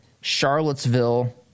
Charlottesville